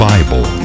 Bible